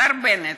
השר בנט,